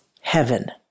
Heaven